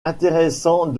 intéressant